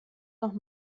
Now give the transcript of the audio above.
noch